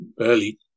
early